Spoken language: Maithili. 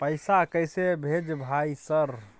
पैसा कैसे भेज भाई सर?